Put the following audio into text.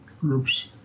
groups